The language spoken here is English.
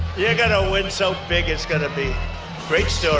you're going to win so big. it's going to be great so